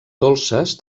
dolces